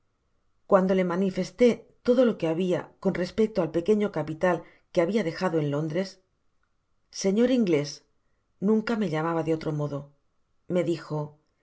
cuando le manifesté todo lo que habia con respecto al pequeño capital que habia dejado en londres señor in glés punca me